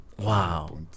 Wow